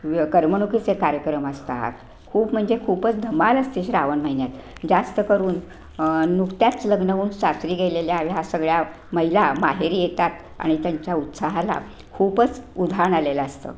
व्य करमणुकीचे कार्यक्रम असतात खूप म्हणजे खूपच धमाल असते श्रावण महिन्यात जास्त करून नुकत्याच लग्न होऊन साजरी गेलेल्या ह्या सगळ्या महिला माहेरी येतात आणि त्यांच्या उत्साहाला खूपच उधाण आलेलं असतं